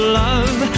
love